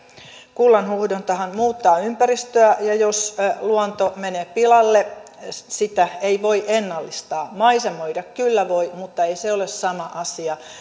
kullanhuuhdontahan muuttaa ympäristöä ja jos luonto menee pilalle sitä ei voi ennallistaa maisemoida kyllä voi mutta ei se ole sama asia